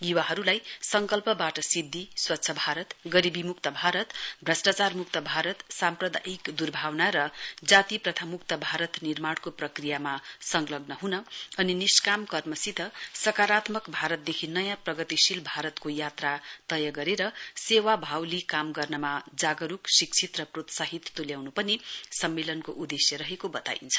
युवाहरूलाई सङ्कल्पवाट सिद्धि स्वच्छ भारत गरीबी मुक्त भारत भ्रष्टचारमुक्त भारत साम्प्रादायिक दुर्भावना र जातिप्रथामुक्त भारत निर्माणको प्रक्रियामा संलग्न हुन अनि निष्काम कर्मसित सकारात्मक भारतदेखि नयाँ प्रगतिशील भारतको यात्रा तय गरेर सेवा भाव लिई काम गर्नमा जागरूक शिक्षित र प्रोत्साहित तुल्याउनु पनि सम्मेलनको उद्देश्य रहेको बताइन्छ